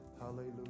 Hallelujah